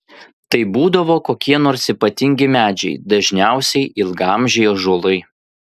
tai būdavo kokie nors ypatingi medžiai dažniausiai ilgaamžiai ąžuolai